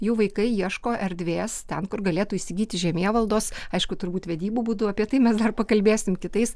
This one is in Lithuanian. jų vaikai ieško erdvės ten kur galėtų įsigyti žemėvaldos aišku turbūt vedybų būdu apie tai mes dar pakalbėsim kitais